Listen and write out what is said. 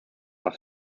are